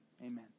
Amen